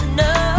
no